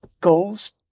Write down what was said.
goals